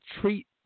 treat